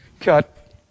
Cut